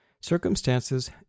Circumstances